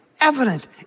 evident